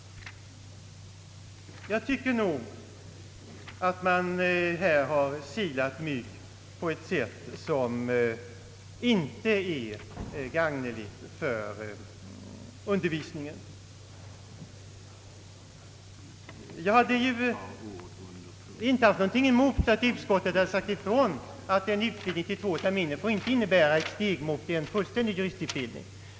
Jag tycker nog att man här har silat mygg på ett sätt som inte är gagnerikt för undervisningen. Jag hade inte haft någonting emot om utskottet hade sagt ifrån att en utvidgning till två terminer inte får innebära ett steg mot en fullständig juristutbildning.